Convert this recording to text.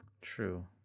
True